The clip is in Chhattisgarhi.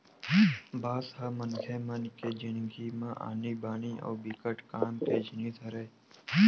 बांस ह मनखे मन के जिनगी म आनी बानी अउ बिकट काम के जिनिस हरय